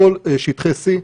זה היה גם כן עם --- בכל שטחי C,